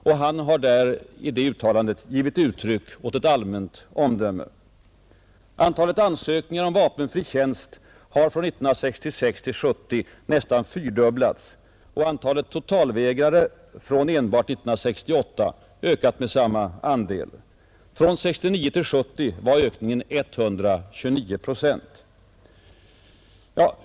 Och han har i det uttalandet givit uttryck åt ett allmänt omdöme. Antalet ansökningar om vapenfri tjänst har från 1966 till 1970 nästan fyrdubblats och antalet totalvägrare från enbart 1968 ökat med samma antal. 1969—1970 var ökningen 129 procent.